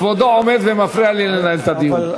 כבודו עומד ומפריע לי לנהל את הדיון.